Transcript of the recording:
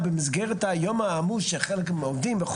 בהתחלה של דיון עם צה"ל על הכשרה בחודשים האחרונים של